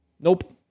Nope